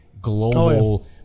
global